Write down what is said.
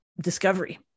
discovery